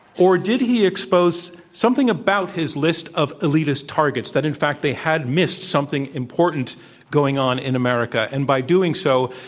or did he expose something about his list of elitist targets that, in fact, they had missed something important going on in america and by doing so,